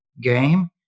game